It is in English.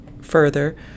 further